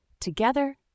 together